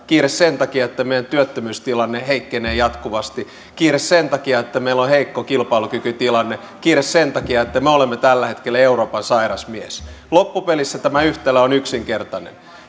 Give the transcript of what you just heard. kiire sen takia että meidän työttömyystilanne heikkenee jatkuvasti kiire sen takia että meillä on heikko kilpailukykytilanne kiire sen takia että me olemme tällä hetkellä euroopan sairas mies loppupelissä tämä yhtälö on yksinkertainen